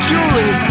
Julie